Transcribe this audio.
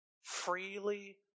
freely